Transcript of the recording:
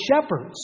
shepherds